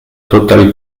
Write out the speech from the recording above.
totale